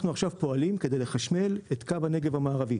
אנחנו עכשיו פועלים כדי לחשמל את קו הנגב המערבי,